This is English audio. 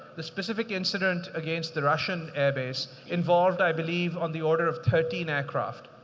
the specific incident against the russian air base involved, i believe, on the order of thirteen aircraft.